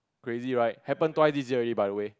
crazy right happened twice this years already by the way